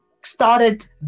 started